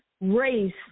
race